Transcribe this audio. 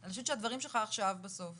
אני חושבת שהדברים שלך עכשיו בסוף